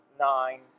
nine